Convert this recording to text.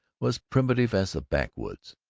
was primitive as the backwoods.